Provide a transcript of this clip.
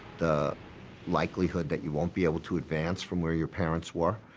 the likelihood that you won't be able to advance from where your parents were,